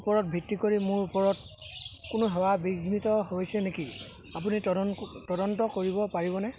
ওপৰত ভিত্তি কৰি মোৰ ওচৰত কোনো সেৱা বিঘ্নিত হৈছে নেকি আপুনি তদন্ত কৰিব পাৰিবনে